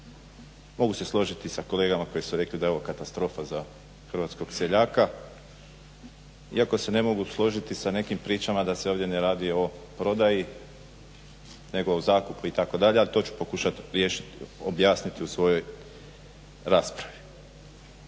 Mogu se složiti sa kolegama koji su rekli da je ovo katastrofa za hrvatskog seljaka. Iako se ne mogu složiti sa nekim pričama da se ovdje ne radi o prodaji, nego o zakupu itd. ali to ću pokušat objasniti u svojoj raspravi.